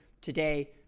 today